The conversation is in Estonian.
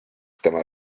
tema